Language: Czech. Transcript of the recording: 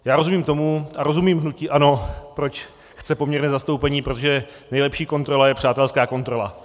Já rozumím tomu a rozumím hnutí ANO, proč chce poměrné zastoupení protože nejlepší kontrola je přátelská kontrola.